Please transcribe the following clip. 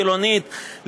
חילונית,